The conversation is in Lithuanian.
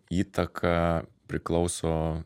įtaka priklauso